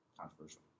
Controversial